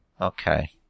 Okay